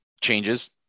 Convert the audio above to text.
changes